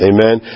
Amen